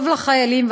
טוב לחיילים,